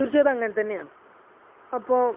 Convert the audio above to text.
തീർച്ചയായിട്ടും അത് അങ്ങനെത്തന്നെയാണ് അപ്പോള്